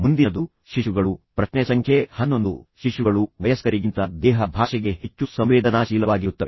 ಮುಂದಿನದು ಶಿಶುಗಳು ಪ್ರಶ್ನೆ ಸಂಖ್ಯೆ ಹನ್ನೊಂದು ಶಿಶುಗಳು ವಯಸ್ಕರಿಗಿಂತ ದೇಹ ಭಾಷೆಗೆ ಹೆಚ್ಚು ಸಂವೇದನಾಶೀಲವಾಗಿರುತ್ತವೆ